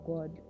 God